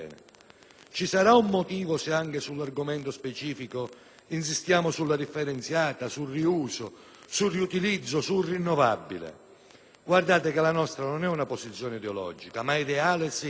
Ci sarà un motivo se anche sull'argomento specifico insistiamo sulla differenziata, sul riuso, sul riutilizzo, sul rinnovabile. La nostra non è una posizione ideologica, ma ideale sì.